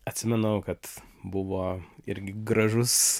atsimenu kad buvo irgi gražus